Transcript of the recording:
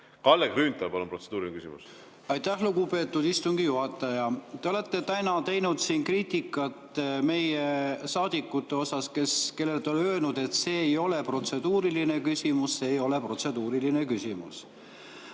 Kalle Grünthal, palun, protseduuriline küsimus! Aitäh, lugupeetud istungi juhataja! Te olete täna teinud siin kriitikat meie saadikute suhtes, kellele te olete öelnud, et see ei ole protseduuriline küsimus, see ei ole protseduuriline küsimus.